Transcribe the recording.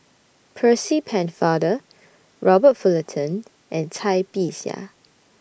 Percy Pennefather Robert Fullerton and Cai Bixia